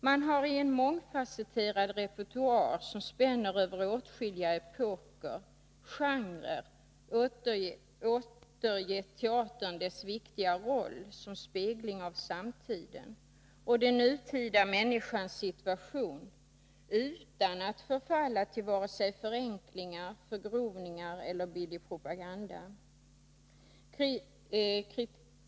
Man har i en mångfasetterad repertoar, som spänner över åtskilliga epoker och genrer, återgett teatern dess viktiga roll som spegling av samtiden och den nutida människans situation utan att förfalla till vare sig förenklingar, förgrovningar eller billig propaganda.